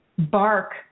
bark